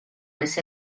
dels